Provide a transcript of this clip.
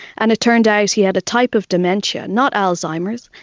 and it turned out he had a type of dementia, not alzheimer's,